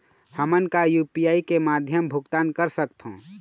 हमन का यू.पी.आई के माध्यम भुगतान कर सकथों?